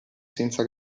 senza